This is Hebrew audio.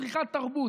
לצריכת תרבות.